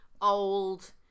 old